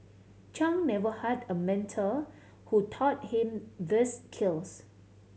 Chung never had a mentor who taught him these skills